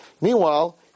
Meanwhile